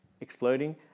exploding